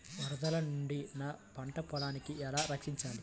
వరదల నుండి నా పంట పొలాలని ఎలా రక్షించాలి?